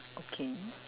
okay